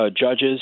judges